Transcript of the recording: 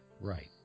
Right